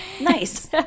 Nice